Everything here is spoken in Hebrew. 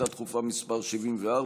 שאילתה דחופה מס' 74,